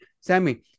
Sammy